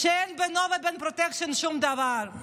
אבל אין בינו ובין פרוטקשן שום דבר,